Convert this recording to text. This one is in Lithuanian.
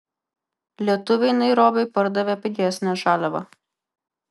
lietuviai nairobiui pardavė pigesnę žaliavą